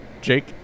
Jake